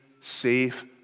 safe